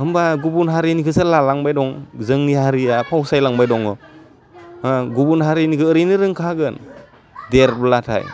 होमबा गुबुन हारिनिखौसो लालांबाय दं जोंनि हारिया फावसाय लांबाय दङ होह गुबुन हारिनिखौ ओरैनो रोंखागोन देरब्लाथाय